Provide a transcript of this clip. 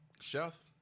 chef